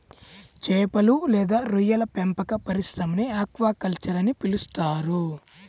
చేపలు లేదా రొయ్యల పెంపక పరిశ్రమని ఆక్వాకల్చర్ అని పిలుస్తారు